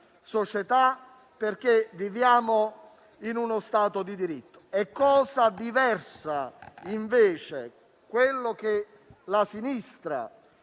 società, perché viviamo in uno Stato di diritto. Cosa diversa, invece, è quello che la sinistra